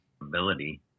ability